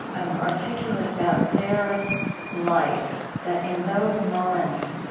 um articulate about their life, that in those moments,